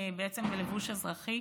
בלבוש אזרחי.